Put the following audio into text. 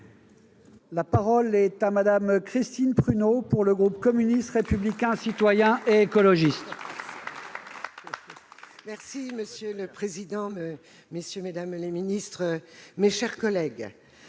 La parole est à Mme Christine Prunaud, pour le groupe communiste républicain citoyen et écologiste.